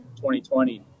2020